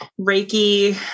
Reiki